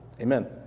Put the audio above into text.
Amen